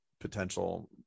potential